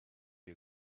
you